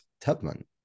Tubman